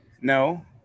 No